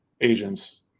agents